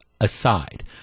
aside